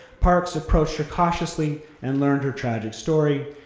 parks approached her cautiously and learned her tragic story.